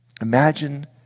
Imagine